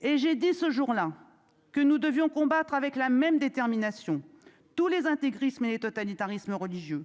Et j'ai dit ce jour là que nous devions combattre avec la même détermination tous les intégrismes et les totalitarismes religieux,